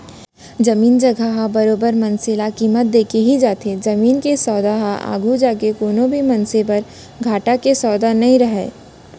जमीन जघा ह बरोबर मनसे ल कीमत देके ही जाथे जमीन के सौदा ह आघू जाके कोनो भी मनसे बर घाटा के सौदा नइ रहय